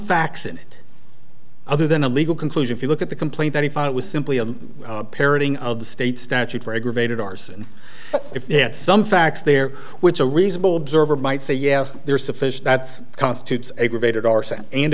in it other than a legal conclusion if you look at the complaint that he found it was simply a parroting of the state statute for aggravated arson but if they had some facts there which a reasonable observer might say yeah there's a fish that's constitutes aggravated arson and